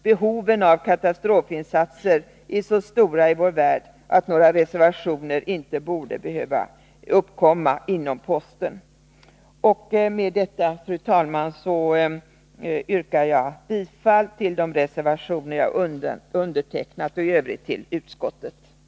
Behoven av katastrofinsatser är så stora i vår värld att några reservationer inte borde behöva uppkomma inom posten. Med detta, fru talman, yrkar jag bifall till de reservationer som jag har undertecknat och i övrigt till utskottets hemställan.